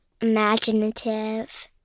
imaginative